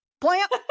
plant